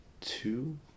two